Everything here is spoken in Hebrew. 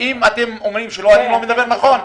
אתם אומרים שאני לא אומר נכון?